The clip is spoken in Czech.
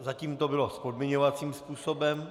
Zatím to bylo podmiňovacím způsobem.